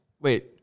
Wait